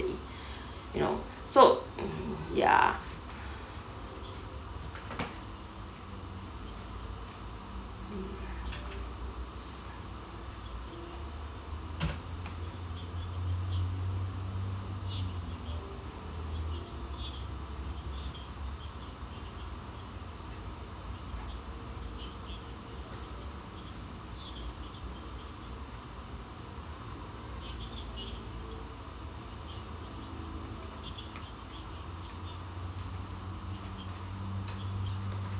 you know so mm ya